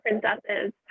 princesses